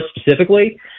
specifically